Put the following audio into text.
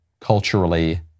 culturally